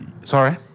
Sorry